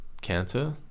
canter